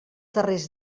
darrers